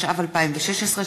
התשע"ו 2016,